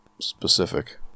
specific